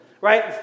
right